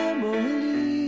Emily